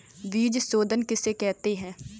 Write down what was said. बीज शोधन किसे कहते हैं?